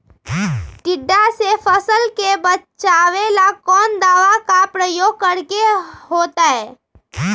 टिड्डा से फसल के बचावेला कौन दावा के प्रयोग करके होतै?